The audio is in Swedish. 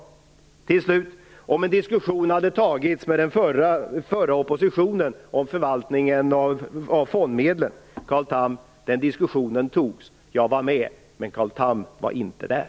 Carl Tham tycker att en diskussion borde ha tagits med den förra oppositionen om förvaltningen av fondmedlen. Carl Tham, den diskussionen togs. Jag var med, men Carl Tham var inte där.